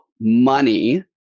money